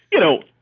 you know,